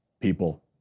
people